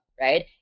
right